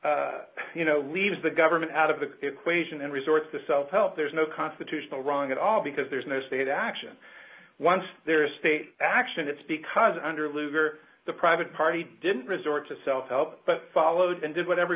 party you know we've the government out of the equation and resort to self help there's no constitutional wrong at all because there's no state action once they're state action it's because under lugar the private party didn't resort to self help but followed and did what every